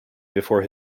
before